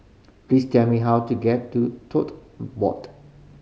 please tell me how to get to Tote Board